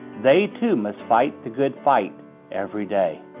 they too must fight the good fight every day.